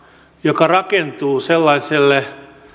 joka rakentuu sellaiselle